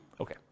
Okay